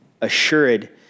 assured